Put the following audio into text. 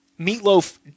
Meatloaf